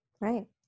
Right